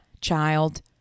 child